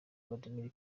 vladmir